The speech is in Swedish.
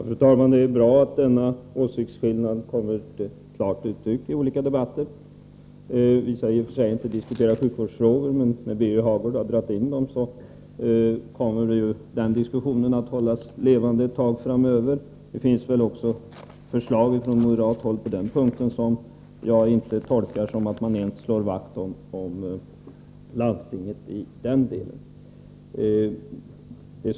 Fru talman! Det är bra att denna åsiktsskillnad kommer till klart uttryck i olika debatter. Vi skall i och för sig inte diskutera sjukvårdsfrågor nu, men när Birger Hagård har dragit in dem vill jag säga att diskussionen om detta kommer att hållas levande ett tag framöver. Också på denna punkt finns det förslag från moderat håll som jag inte tolkar som att moderaterna slår vakt om landstingen ens i denna del.